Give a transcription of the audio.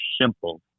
simple